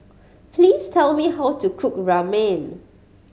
please tell me how to cook Ramen